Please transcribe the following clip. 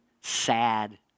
sad